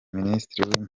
minisitiri